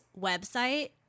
website